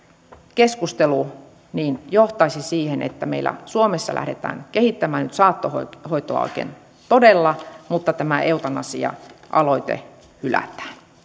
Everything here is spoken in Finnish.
keskustelu johtaisi siihen että meillä suomessa lähdetään kehittämään nyt saattohoitoa oikein todella mutta tämä eutanasia aloite hylätään